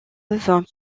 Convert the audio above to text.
vint